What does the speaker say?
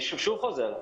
אני שוב חוזר,